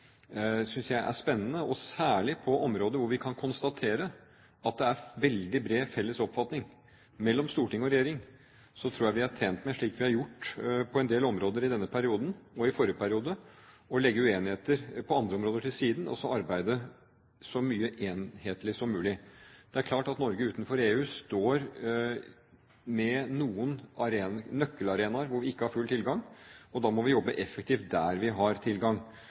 synes jeg er spennende. Særlig på områder hvor vi kan konstatere at det er veldig bred felles oppfatning mellom storting og regjering, tror jeg vi er tjent med, slik vi har gjort på en del områder i denne perioden og i forrige periode, å legge uenigheter på andre områder til side og arbeide så mye enhetlig som mulig. Det er klart at Norge utenfor EU står med noen nøkkelarenaer hvor vi ikke har full tilgang, og da må vi jobbe effektivt der vi har tilgang.